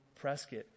Prescott